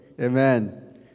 Amen